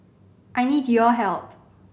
I need your help